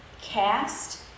cast